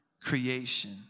creation